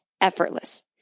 effortless